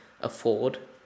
afford